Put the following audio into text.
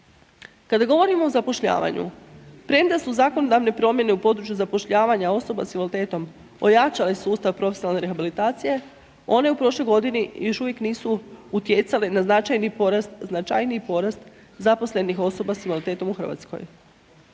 Kada govorimo o zapošljavanju, premda su zakonodavne promjene u području zapošljavanja osoba s invaliditetom, ojačale sustav profesionalne rehabilitacije, one u prošloj godini još uvijek nisu utjecale na značajni porast, značajniji porast zaposlenih osoba s invaliditetom u Hrvatskoj.